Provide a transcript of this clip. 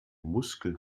muskeln